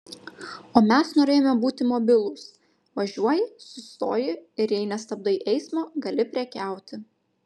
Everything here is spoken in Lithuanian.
o mes norėjome būti mobilūs važiuoji sustoji ir jei nestabdai eismo gali prekiauti